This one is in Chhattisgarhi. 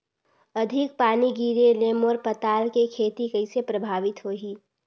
अधिक पानी गिरे ले मोर पताल के खेती कइसे प्रभावित होही?